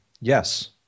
yes